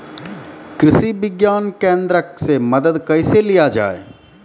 कृषि विज्ञान केन्द्रऽक से मदद कैसे लिया जाय?